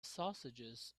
sausages